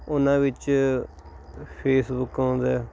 ਉਹਨਾਂ ਵਿੱਚ ਫੇਸਬੁਕ ਆਉਂਦਾ